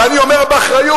ואני אומר באחריות: